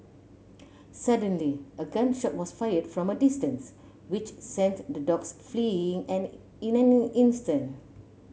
suddenly a gun shot was fired from a distance which sent the dogs fleeing in and in an instant